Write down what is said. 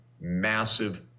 massive